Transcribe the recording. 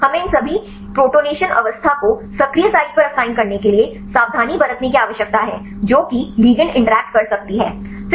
इसलिए हमें इन सभी प्रोटॉनेशन अवस्था को सक्रिय साइट पर असाइन करने के लिए सावधानी बरतने की आवश्यकता है जो कि लिगैंड इंटरैक्ट कर सकती है